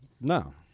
No